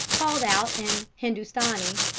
called out in hindustani,